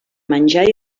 menjar